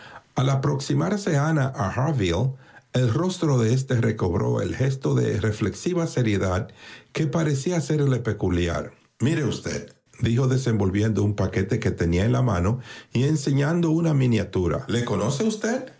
al aproximarse ana a harville el rostro de éste recobró el gesto de reflexiva seriedad que parecía serle peculiar mire usteddijo desenvolviendo un paquete que tenía en la mano y enseñando una miniatura le conoce usted